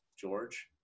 George